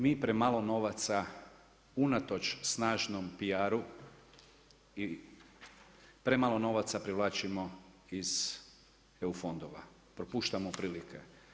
Mi premalo novaca unatoč snažnom PR-u i premalo novaca privlačimo iz eu fondova, propuštamo prilike.